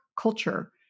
culture